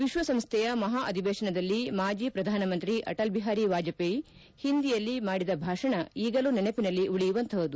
ವಿಶ್ವಸಂಸ್ವೆಯ ಮಹಾ ಅಧಿವೇಶನದಲ್ಲಿ ಮಾಜಿ ಪ್ರಧಾನಮಂತ್ರಿ ಅಟಲ್ ಬಿಹಾರಿ ವಾಜಪೇಯಿ ಹಿಂದಿಯಲ್ಲಿ ಮಾಡಿದ ಭಾಷಣ ಈಗಲೂ ನೆನಪಿನಲ್ಲಿ ಉಳಿಯುವಂತಹುದು